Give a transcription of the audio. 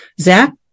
Zach